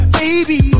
baby